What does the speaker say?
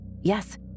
Yes